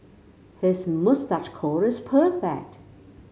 his moustache curl is perfect